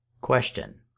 Question